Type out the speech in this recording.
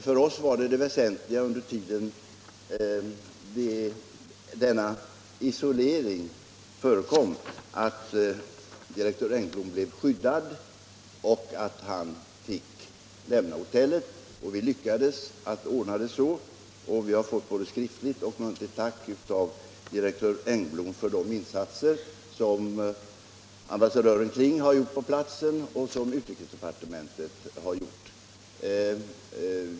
För oss var det väsentliga, under tiden denna isolering förekom, att direktör Engblom blev skyddad och att han fick lämna hotellet. Vi lyckades ordna det, och vi har fått både skriftligt och muntligt tack av direktör Engblom för de insatser ambassadören Kling har gjort på platsen och för det som utrikesdepartementet gjorde.